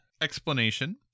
explanation